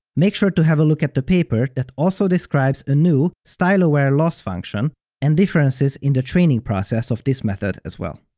make sure to have a look at the paper that also describes a new style-aware loss function and differences in the training process of this method as well.